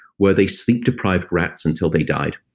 where they sleep deprived rats until they died,